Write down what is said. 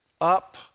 up